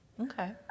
Okay